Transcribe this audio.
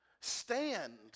Stand